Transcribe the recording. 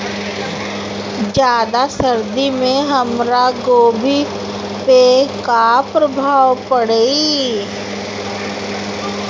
ज्यादा सर्दी से हमार गोभी पे का प्रभाव पड़ी?